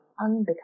unbecoming